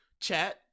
chat